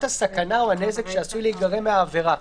הסכנה או הנזק שעשוי להיגרם מהעבירה.